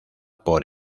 por